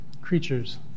creatures